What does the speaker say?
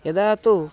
यदा तु